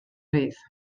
rhydd